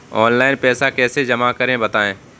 Online पैसा कैसे जमा करें बताएँ?